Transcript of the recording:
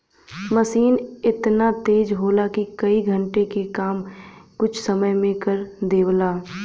मसीन एतना तेज होला कि कई घण्टे के काम कुछ समय मे कर देवला